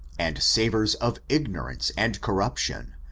and savours of ignorance and corruption,